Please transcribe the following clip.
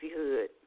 Hood